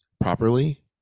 properly